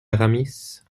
aramis